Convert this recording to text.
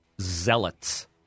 zealots